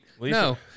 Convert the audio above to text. No